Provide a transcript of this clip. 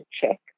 check